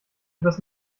etwas